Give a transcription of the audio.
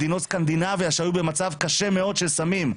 בסקנדינביה שהיו במצב קשה מאוד של סמים,